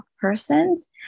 persons